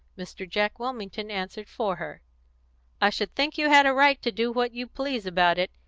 mr. jack wilmington answered for her i should think you had a right to do what you please about it.